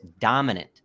dominant